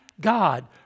God